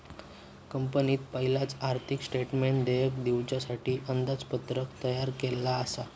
कंपनीन पयलाच आर्थिक स्टेटमेंटमध्ये देयक दिवच्यासाठी अंदाजपत्रक तयार केल्लला आसा